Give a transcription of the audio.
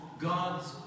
God's